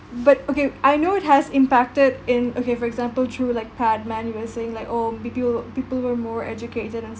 but okay I know it has impacted in okay for example through like padman you were saying like oh people people were more educated and